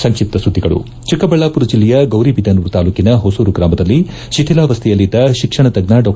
ಸಂಕ್ಷಿಪ್ತ ಸುದ್ದಿಗಳು ಚಿಕ್ಕಬಳ್ಳಾಪುರ ಜಿಲ್ಲೆಯ ಗೌರಿಬಿದನೂರು ತಾಲೂಕಿನ ಹೊಸೂರು ಗ್ರಾಮದಲ್ಲಿ ಶಿಥಿಲಾವಸ್ಥೆಯಲ್ಲಿದ್ದ ಶಿಕ್ಷಣ ತಜ್ಜ ಡಾ